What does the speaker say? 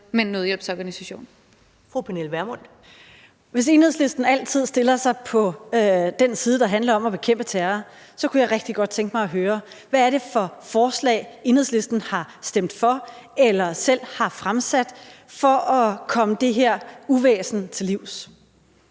Pernille Vermund (NB): Hvis Enhedslisten altid stiller sig på den side, der handler om at bekæmpe terror, kunne jeg rigtig godt tænke mig at høre: Hvad er det for forslag, Enhedslisten har stemt for eller selv har fremsat for at komme det her uvæsen til livs?